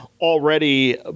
already